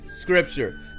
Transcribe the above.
Scripture